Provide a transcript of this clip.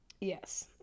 Yes